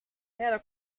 era